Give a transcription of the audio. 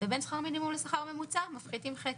ובין שכר המינימום לשכר הממוצע מפחיתים חצי.